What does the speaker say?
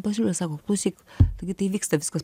pasiūlė savo klausyk taigi tai vyksta viskas